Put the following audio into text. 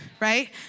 right